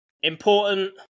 important